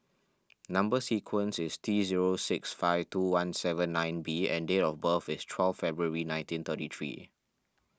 Number Sequence is T zero six five two one seven nine B and date of birth is twelve February nineteen thirty three